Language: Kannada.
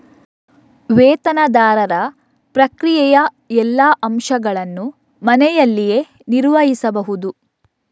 ವೇತನದಾರರ ಪ್ರಕ್ರಿಯೆಯ ಎಲ್ಲಾ ಅಂಶಗಳನ್ನು ಮನೆಯಲ್ಲಿಯೇ ನಿರ್ವಹಿಸಬಹುದು